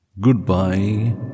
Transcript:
goodbye